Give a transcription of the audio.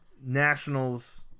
Nationals